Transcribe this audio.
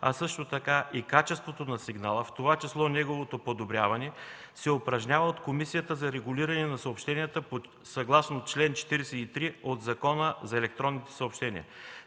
а също така и качеството на сигнала, в това число неговото подобряване, се упражнява от Комисията за регулиране на съобщенията, съгласно чл. 43 от Закона за електронните съобщения.